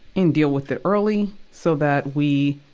and deal with it early, so that we,